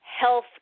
health